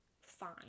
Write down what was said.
fine